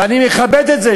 ואני מכבד את זה,